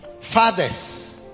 fathers